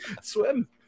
Swim